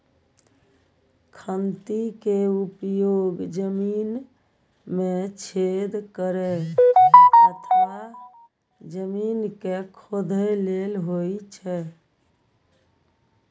खंती के उपयोग जमीन मे छेद करै अथवा जमीन कें खोधै लेल होइ छै